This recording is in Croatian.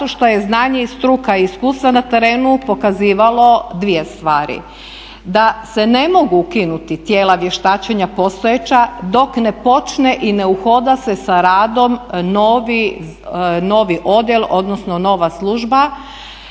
zato što je znanje i struka i iskustvo na terenu pokazivalo dvije stvari: da se ne mogu ukinuti tijela vještačenja postojeća dok ne počne i ne uhoda se sa radom novi odjel odnosno nova služba,